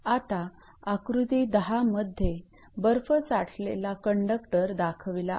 आता आकृती 10 मध्ये बर्फ साठलेला कंडक्टर दाखवला आहे